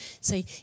say